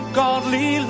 godly